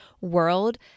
world